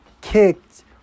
kicked